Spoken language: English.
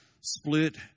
split